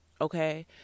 Okay